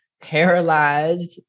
paralyzed